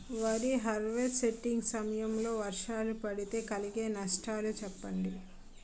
వరి హార్వెస్టింగ్ సమయం లో వర్షాలు పడితే కలిగే నష్టాలు చెప్పండి?